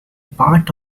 part